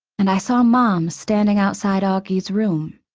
and i saw mom standing outside auggie's room.